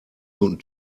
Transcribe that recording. guten